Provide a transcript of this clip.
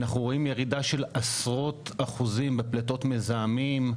אנחנו רואים ירידה של עשרות אחוזים בפליטות מזהמים.